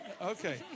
Okay